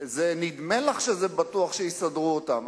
זה נדמה לך שזה בטוח שיסדרו אותם.